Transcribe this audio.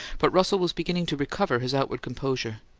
but russell was beginning to recover his outward composure.